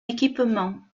équipement